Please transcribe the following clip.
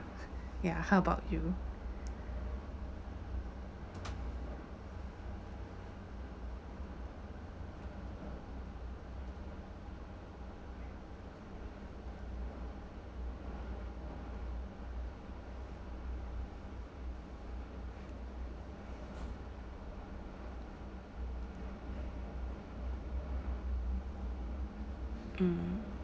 ya how about you mm